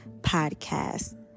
podcast